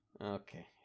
Okay